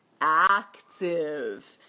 active